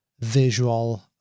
visual